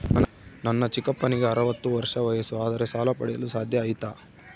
ನನ್ನ ಚಿಕ್ಕಪ್ಪನಿಗೆ ಅರವತ್ತು ವರ್ಷ ವಯಸ್ಸು ಆದರೆ ಸಾಲ ಪಡೆಯಲು ಸಾಧ್ಯ ಐತಾ?